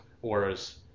Whereas